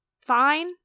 fine